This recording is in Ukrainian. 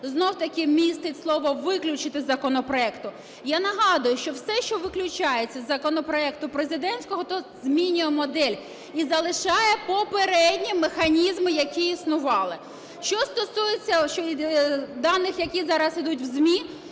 знов-таки містить слово "виключити із законопроекту", я нагадую, що все, що виключається із законопроекту президентського, то змінює модель і залишає попередні механізми, які існували. Що стосується даних, які зараз ідуть в ЗМІ,